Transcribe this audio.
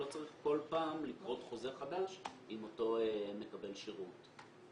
לא צריך כל פעם לכרות חוזה חדש עם אותו מ קבל שירות.